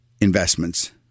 investments